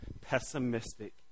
pessimistic